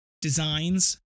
designs